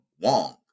Wong